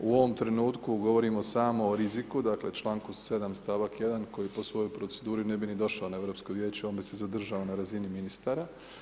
U ovom trenutku govorimo samo o riziku, dakle članku 7. stavak 1. koji po svojo proceduri ne bi ni došao na Europsko vijeće, on bi se zadržao na razini ministara.